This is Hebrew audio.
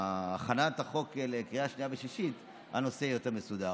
הכנת החוק לקריאה שנייה ושלישית הנושא יהיה יותר מסודר.